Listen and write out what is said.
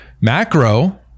macro